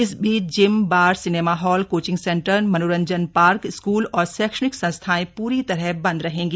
इस बीच gym bar cinema hall coaching centre मनोरंजन पार्क स्कूल और शैक्षणिक संस्थाएं पूरी तरह बंद रहेंगी